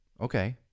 Okay